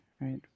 right